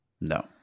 No